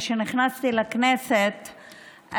כשנכנסתי לכנסת,